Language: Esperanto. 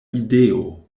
ideo